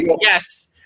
Yes